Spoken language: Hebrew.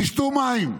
תשתו מים.